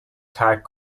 ترک